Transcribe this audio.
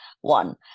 One